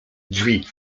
drzwi